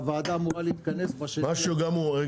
הוועדה אמורה להתכנס --- סליחה,